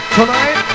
Tonight